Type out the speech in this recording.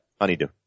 Honeydew